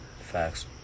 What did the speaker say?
Facts